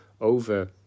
over